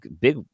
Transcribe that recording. Big